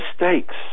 mistakes